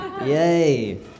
Yay